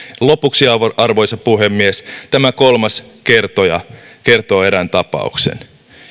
lopuksi arvoisa puhemies tämä kolmas kertoja kertoo erään tapauksen